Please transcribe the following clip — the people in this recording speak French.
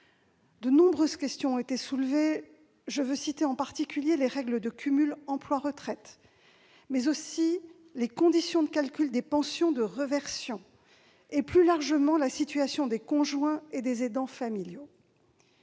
De nombreuses questions ont été soulevées à ce sujet ; je veux citer en particulier les règles de cumul entre emploi et retraite, mais aussi les conditions de calcul des pensions de réversion et la situation des conjoints et des aidants familiaux.